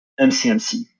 MCMC